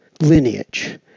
lineage